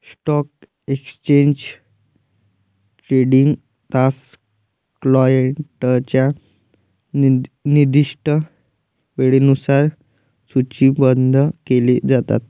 stock exchange trading तास क्लायंटच्या निर्दिष्ट वेळेनुसार सूचीबद्ध केले जातात